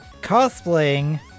cosplaying